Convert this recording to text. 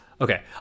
Okay